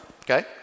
okay